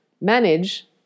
manage